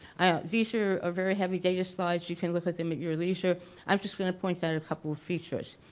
these are are very heavy data slides you can look at them at your leisure i'm just going to point out a couple features,